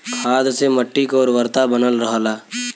खाद से मट्टी क उर्वरता बनल रहला